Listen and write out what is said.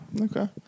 okay